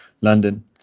London